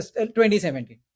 2017